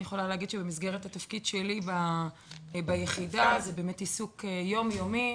במסגרת התפקיד שלי ביחידה זה עיסוק יומיומי,